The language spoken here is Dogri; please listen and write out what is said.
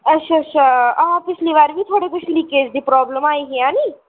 अच्छा अच्छा हां पिछली बार बी थुआढ़े कशा लीकेज दी प्राबल्म आई ही ऐ निं